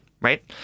right